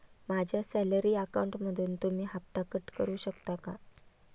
माझ्या सॅलरी अकाउंटमधून तुम्ही हफ्ता कट करू शकता का?